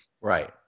Right